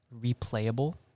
replayable